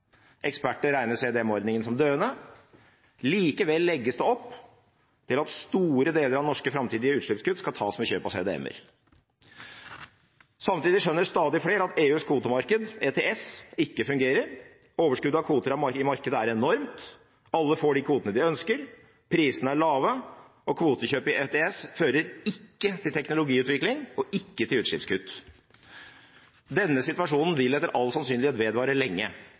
Eksperter regner CDM-ordningen som døende. Likevel legges det opp til at store deler av norske framtidige utslippskutt skal tas ved kjøp av CDM-kvoter. Samtidig skjønner stadig flere at EUs kvotemarked, ETS, ikke fungerer. Overskuddet av kvoter i markedet er enormt. Alle får de kvotene de ønsker. Prisene er lave, og kvotekjøp i ETS fører ikke til teknologiutvikling og ikke til utslippskutt. Denne situasjonen vil etter all sannsynlighet vedvare lenge.